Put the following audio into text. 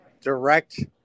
direct